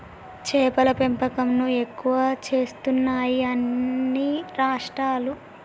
చేపల పెంపకం ను ఎక్కువ చేస్తున్నాయి అన్ని రాష్ట్రాలు